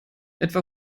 etwa